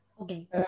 okay